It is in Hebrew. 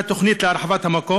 3. האם יש תוכנית להרחבת המקום?